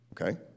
okay